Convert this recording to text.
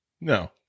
No